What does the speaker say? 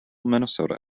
minnesota